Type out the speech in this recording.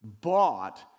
bought